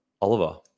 Oliver